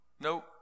Nope